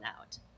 out